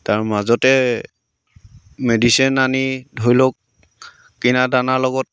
তাৰ মাজতে মেডিচিন আনি ধৰি লওক কিনা দানাৰ লগত